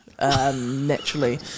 Naturally